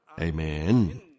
Amen